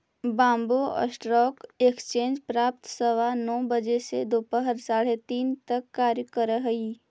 Bombay stock exchange प्रातः सवा नौ बजे से दोपहर साढ़े तीन तक कार्य करऽ हइ